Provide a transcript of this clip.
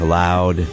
loud